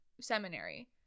seminary –